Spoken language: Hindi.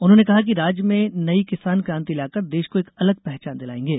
उन्होंने कहा कि राज्य में नई किसान क्रांति लाकर प्रदेश को एक अलग पहचान दिलायेंगे